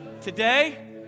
Today